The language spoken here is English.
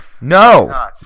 No